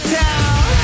town